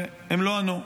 והם לא ענו.